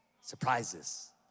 Surprises